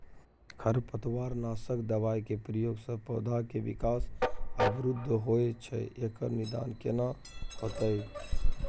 खरपतवार नासक दबाय के प्रयोग स पौधा के विकास अवरुध होय छैय एकर निदान केना होतय?